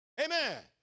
Amen